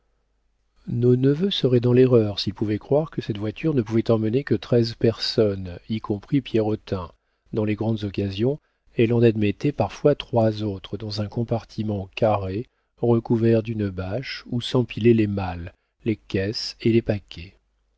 nos neveux seraient dans l'erreur s'ils pouvaient croire que cette voiture ne pouvait emmener que treize personnes y compris pierrotin dans les grandes occasions elle en admettait parfois trois autres dans un compartiment carré recouvert d'une bâche où s'empilaient les malles les caisses et les paquets